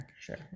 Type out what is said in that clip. sure